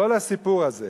בכל הסיפור הזה